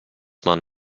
man